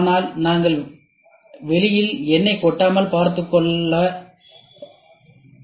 இதனால் நாங்கள் வெளியில் எண்ணெய் கொட்டாமல் பார்த்துக் கொள்கிறோம்